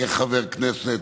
כחבר כנסת